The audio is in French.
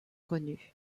connus